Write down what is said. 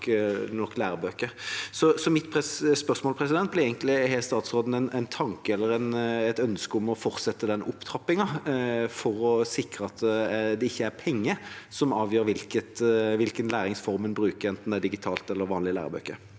Mitt spørsmål er egentlig: Har statsråden en tanke eller et ønske om å fortsette den opptrappingen for å sikre at det ikke er penger som avgjør hvilken læringsform en bruker, enten den er digital eller basert på vanlige lærebøker?